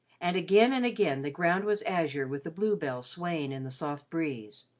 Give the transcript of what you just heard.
and again and again the ground was azure with the bluebells swaying in the soft breeze.